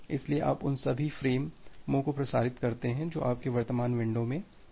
इसलिए आप उन सभी फ़्रेमों को प्रसारित करते हैं जो आपकी वर्तमान विंडो में हैं